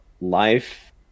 life